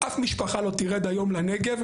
אף משפחה לא תרד היום לנגב,